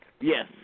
Yes